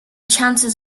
chances